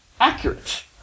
accurate